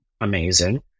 amazing